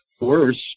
worse